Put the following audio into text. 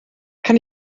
kann